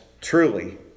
truly